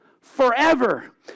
forever